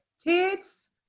Kids